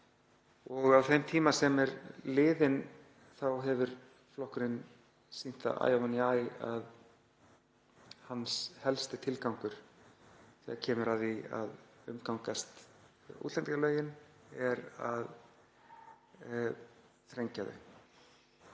Á þeim tíma sem er liðinn hefur flokkurinn sýnt það æ ofan í æ að hans helsti tilgangur þegar kemur að því að umgangast útlendingalögin er að þrengja þau.